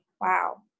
wow